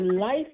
life